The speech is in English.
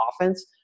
offense